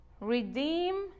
Redeem